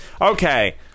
Okay